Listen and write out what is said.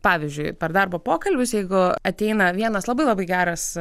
pavyzdžiui per darbo pokalbius jeigu ateina vienas labai labai geras